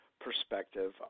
perspective